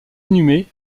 inhumé